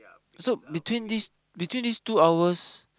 so between this between this two hours